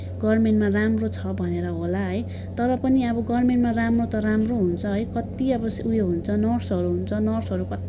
गभर्मेन्टमा राम्रो छ भनेर होला है तर पनि अब गभर्मेन्टमा राम्रो त राम्रो हुन्छ है कति अब उयो हुन्छ नर्सहरू हुन्छ नर्सहरू कति